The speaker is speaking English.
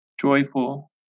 joyful